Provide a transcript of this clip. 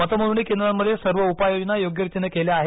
मतमोजणी केंद्रांमध्ये सर्व उपाय योजना योग्यरीतीने केल्या आहेत